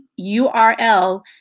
URL